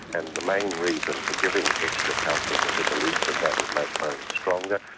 and the main reason for giving extra calcium was a belief that that would make bones stronger.